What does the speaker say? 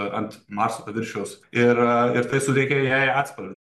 ant marso paviršiaus ir ir tai suteikia jai atspalvį